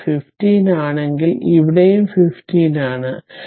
ഇവിടെ 15 ആണെങ്കിൽ ഇവിടെയും 15 ആണ്